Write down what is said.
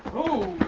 oh.